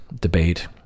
debate